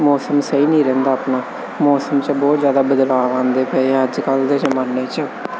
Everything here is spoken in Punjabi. ਮੌਸਮ ਸਹੀ ਨਹੀਂ ਰਹਿੰਦਾ ਆਪਣਾ ਮੌਸਮ 'ਚ ਬਹੁਤ ਜ਼ਿਆਦਾ ਬਦਲਾਵ ਆਉਂਦੇ ਪਏ ਆ ਅੱਜ ਕੱਲ੍ਹ ਦੇ ਜ਼ਮਾਨੇ 'ਚ